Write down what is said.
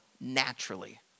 naturally